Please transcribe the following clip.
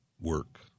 Work